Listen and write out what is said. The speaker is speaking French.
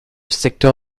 secteur